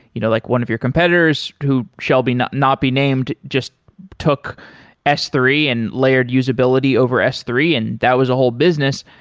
you know like one of your competitors who shall be not not be named just took s three and layered usability over s three, and that was a whole business.